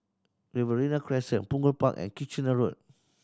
Riverina Crescent Punggol Park and Kitchener Road